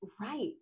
Right